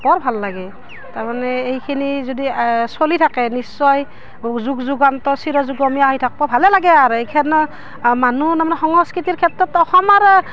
বৰ ভাল লাগে তাৰমানে এইখিনি যদি চলি থাকে নিশ্চয় যুগ যুগান্তৰ চিৰযুগমীয়া আহি থাকপো ভালে লাগে আৰু এইখন আৰু মানুহ তাৰমানে সংস্কৃতিৰ ক্ষেত্ৰত অসম আৰু